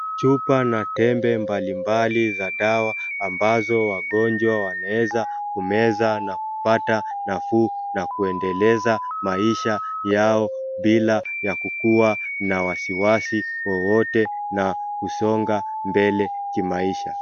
Chupa na tembe mbalimbali za dawa ambazo wagonjwa wanaeza kumeza na kupata nafuu na kuendeleza maisha yao bila ya kukuwa na wasiwasi wowote na kusonga mbele kimaisha.